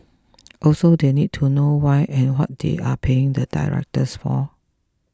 also they need to know why and what they are paying the directors for